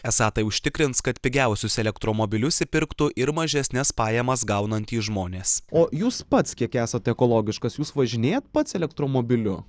esą tai užtikrins kad pigiausius elektromobilius įpirktų ir mažesnes pajamas gaunantys žmonės o jūs pats kiek esat ekologiškas jūs važinėjat pats elektromobiliu